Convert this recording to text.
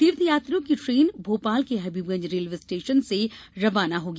तीर्थ यात्रियों की ट्रेन भोपाल के हबीबगंज रेल्वे स्टेशन से रवाना होगी